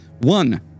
one